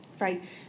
Right